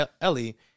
Ellie